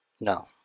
No